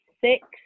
six